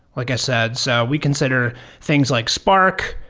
like i said. so we consider things like spark,